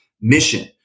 mission